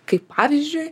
kaip pavyzdžiui